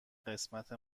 قسمت